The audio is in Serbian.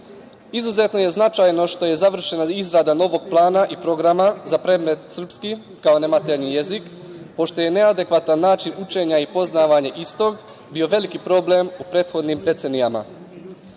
Izuzetno je značajno što je završena izrada novog plana i programa za predmet srpski kao nematernji jezik, pošto je neadekvatan način učenja i poznavanja istog bio veliki problem prethodnih decenija. Značajno